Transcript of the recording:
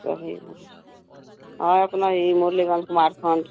सही है और अपना यही मुरलीगंज कुमारखंड